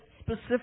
specific